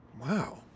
wow